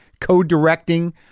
co-directing